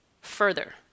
further